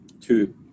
two